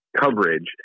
coverage